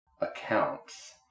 accounts